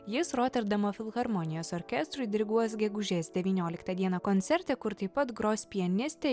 jis roterdamo filharmonijos orkestrui diriguos gegužės devynioliktą dieną koncerte kur taip pat gros pianistė